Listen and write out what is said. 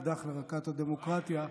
אקדח לרקת הדמוקרטיה,